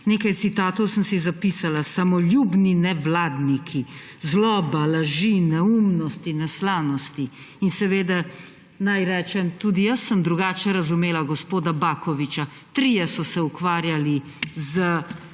nekaj citatov sem si zapisala: samoljubni nevladniki, zloba, laži, neumnosti, neslanosti. Seveda naj rečem, tudi jaz sem drugače razumela gospoda Bakovića; trije so se ukvarjali s